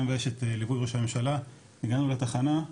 מבייש את ליווי ראש הממשלה הגענו לתחנה,